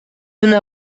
una